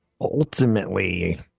Ultimately